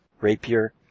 rapier